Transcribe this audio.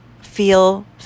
feel